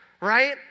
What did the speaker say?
right